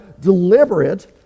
deliberate